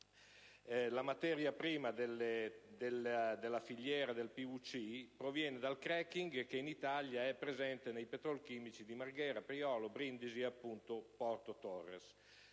La materia prima della filiera del PVC proviene dal *cracking*, che in Italia è presente nei petrolchimici di Marghera, Priolo, Brindisi e, appunto, Porto Torres.